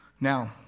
Now